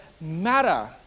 matter